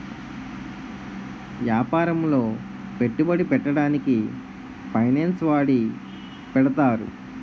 యాపారములో పెట్టుబడి పెట్టడానికి ఫైనాన్స్ వాడి పెడతారు